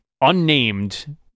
unnamed